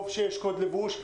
טוב שיש קוד לבוש.